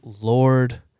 Lord